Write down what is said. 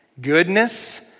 Goodness